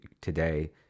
today